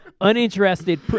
uninterested